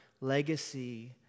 legacy